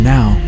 Now